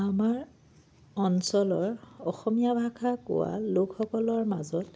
আমাৰ অঞ্চলৰ অসমীয়া ভাষা কোৱা লোকসকলৰ মাজত